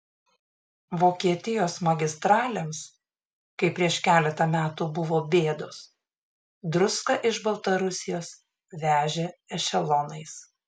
vokietijos magistralėms kai prieš keletą metų buvo bėdos druską iš baltarusijos vežė ešelonais